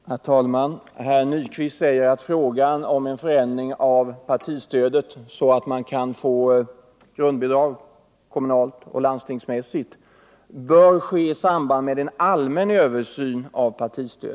Herr talman! Herr Nyquist säger att frågan om en förändring av partistödet, så att man kan få grundbidrag även kommunalt och landstingskommunalt, bör behandlas i samband med en allmän översyn av partistödet.